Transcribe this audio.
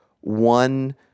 one